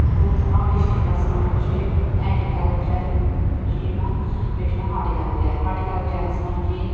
اننت ناگ ڈسٹِرٛکَس مَنٛز چھِ ایٚگرِکَلچَر چھِ یوان بیٚیہِ چھِ یوان ہارٹِکَلچَر ہارٹِکَلچَرَس مَنٛز چھِ ییٚتہِ